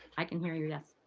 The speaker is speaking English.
i can hear you, yes.